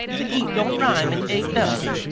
but eat don't rhyme, an' ate does.